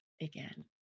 again